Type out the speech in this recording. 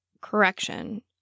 Correction